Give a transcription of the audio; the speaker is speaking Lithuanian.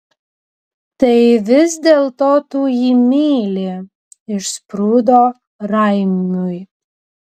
tai vis dėlto tu jį myli išsprūdo raimiui